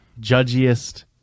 judgiest